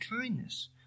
kindness